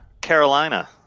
carolina